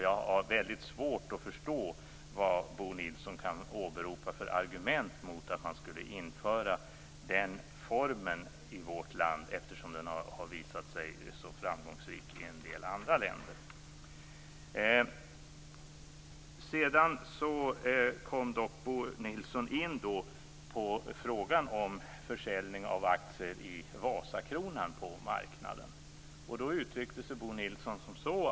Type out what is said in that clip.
Jag har väldigt svårt att förstå vilka argument Bo Nilsson kan åberopa mot att vi i vårt land skulle införa den formen, eftersom den har visat sig så framgångsrik i en del andra länder. Sedan kom Bo Nilsson in på frågan om försäljning av aktier i Vasakronan på marknaden.